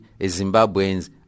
zimbabweans